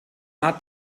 art